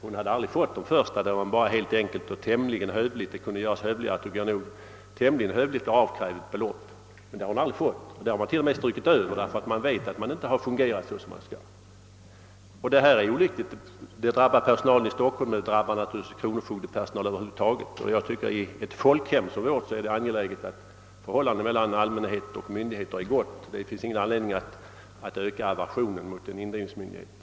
Hon hade aldrig fått de första, där man bara tämligen hövligt — det kunde enligt min mening för övrigt göras ännu hövligare — avkräver vederbörande beloppet. På det meddelande som vederbörande i detta fall fick hade man helt enkelt strukit över hänvisningarna till tidigare krav därför att man visste att de aldrig avlåtits. Sådana här fataliteter drabbar personalen i Stockholm och det drabbar naturligtvis kronofogdepersonalen över huvud taget. I ett folkhem som vårt är det angeläget att förhållandet mellan allmänhet och myndigheter är gott. Det finns ingen anledning att öka aversionen mot indrivningsmyndigheterna.